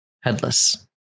headless